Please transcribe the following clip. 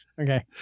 okay